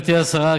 גברתי השרה,